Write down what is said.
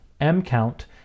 M-count